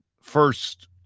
first